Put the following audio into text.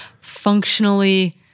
functionally